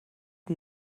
can